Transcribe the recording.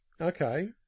Okay